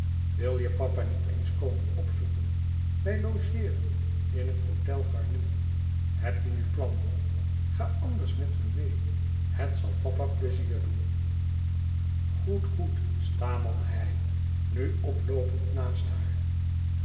wil je papa niet eens komen opzoeken wij logeeren in het hôtel garni heb je nu plannen ga anders met me meê het zal papa plezier doen goed goed stamelde hij nu oploopend naast haar